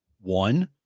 one